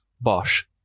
Bosch